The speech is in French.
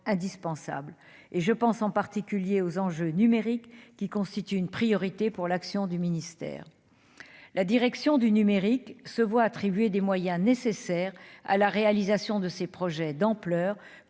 indispensable et je pense en particulier aux enjeux numériques qui constitue une priorité pour l'action du ministère, la direction du numérique se voit attribuer des moyens nécessaires à la réalisation de ses projets d'ampleur